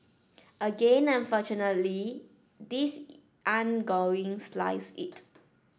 again unfortunately this ain't going slice it